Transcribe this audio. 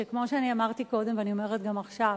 שכמו שאני אמרתי קודם ואני אומרת גם עכשיו,